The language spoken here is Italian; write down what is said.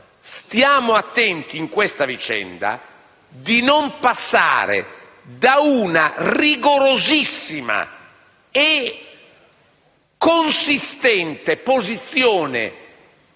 Stiamo attenti in questa vicenda a non spostarci da una rigorosissima e consistente posizione